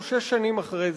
הוא שש שנים אחרי זה.